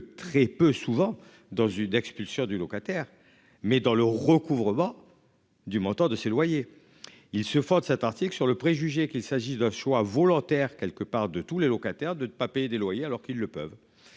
très peu souvent dans une expulsion du locataire mais dans le recouvrement. Du montant de ses loyers. Il se fonde cet article sur le préjugé qu'il s'agit d'un choix volontaire quelque part de tous les locataires de ne pas payer des loyers alors qu'ils le peuvent.